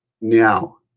now